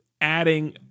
adding